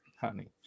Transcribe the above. honey